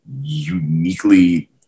uniquely